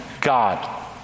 God